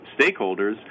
stakeholders